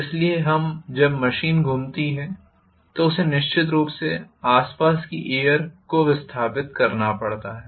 इसलिए जब मशीन घूमती है तो उसे निश्चित रूप से आसपास की एयर को विस्थापित करना पड़ता है